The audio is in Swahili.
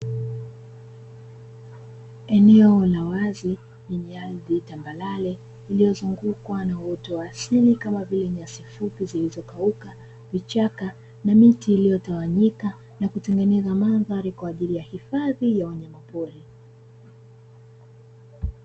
Eneo la wazi lenye ardhi tambarare lililozungukwa na uoto wa asili kama vile: nyasi fupi zilizokauka, vichaka na miti iliyotawanyika na kutengeneza mandhari kwa ajili ya uhifadhi wa wanyama pori.